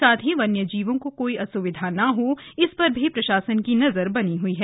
साथ ही वन्यजीवों को कोई असुविधा ना हो इस पर भी प्रशासन की नजर बनी हुई है